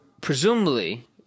presumably